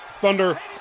thunder